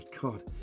God